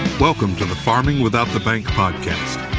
welcome to the farming without the bank podcast,